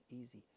easy